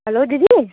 hello दिदी